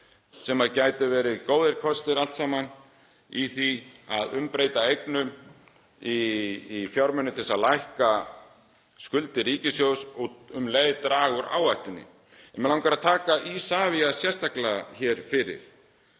sem gætu verið góðir kostir allt saman í því að umbreyta eignum í fjármuni til að lækka skuldir ríkissjóðs og um leið draga úr áhættunni. Mig langar að taka Isavia sérstaklega hér fyrir,